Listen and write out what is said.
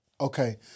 Okay